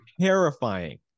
terrifying